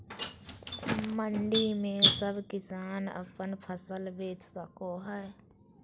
मंडी में सब किसान अपन फसल बेच सको है?